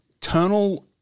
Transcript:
Colonel